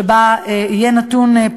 ויהיה בה נתון,